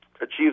achieve